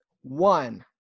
one